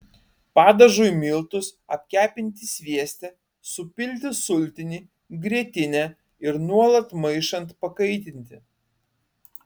padažui miltus apkepinti svieste supilti sultinį grietinę ir nuolat maišant pakaitinti